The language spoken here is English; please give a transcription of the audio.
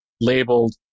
labeled